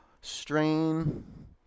strain